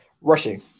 rushing